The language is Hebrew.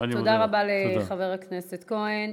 תודה רבה לחבר הכנסת כהן.